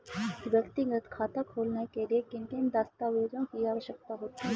व्यक्तिगत खाता खोलने के लिए किन किन दस्तावेज़ों की आवश्यकता होगी?